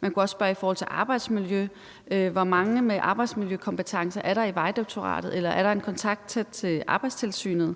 Man kunne også spørge om arbejdsmiljø. Hvor mange med arbejdsmiljøkompetence er der i Vejdirektoratet? Eller er der en kontakt til Arbejdstilsynet,